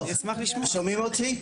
טוב שומעים אותי?